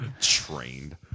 Trained